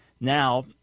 now